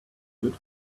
good